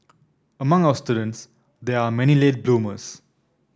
among our students there are many late bloomers